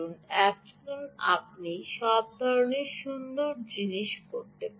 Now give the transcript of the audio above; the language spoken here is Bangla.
এখন আপনি সব ধরণের সুন্দর জিনিস করতে পারেন